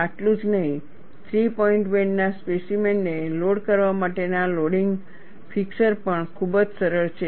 આટલું જ નહીં થ્રી પોઈન્ટ બેન્ડના સ્પેસીમેનને લોડ કરવા માટેના લોડિંગ ફિક્સર પણ ખૂબ જ સરળ છે